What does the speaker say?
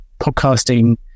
podcasting